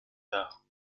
tard